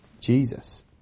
Jesus